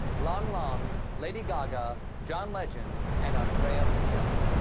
lang lang, lady gaga, john legend, and andrea bocelli.